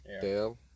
Dale